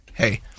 Hey